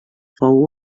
fou